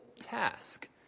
task